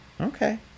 Okay